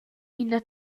ina